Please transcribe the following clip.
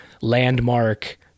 landmark